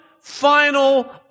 final